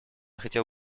хотел